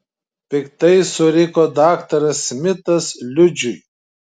piktai suriko daktaras smitas liudžiui